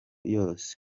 yose